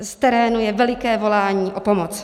Z terénu je veliké volání o pomoc.